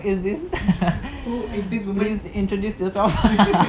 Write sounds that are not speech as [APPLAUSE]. who is this please introduce yourself [LAUGHS]